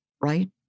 right